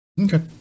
Okay